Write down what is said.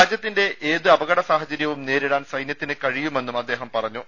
രാജ്യത്തിന്റെ ഏത് അപകട സാഹചര്യവും നേരിടാൻ സൈന്യ ത്തിന് കഴിയുമെന്നും അദ്ദേഹം പറഞ്ഞു